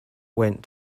went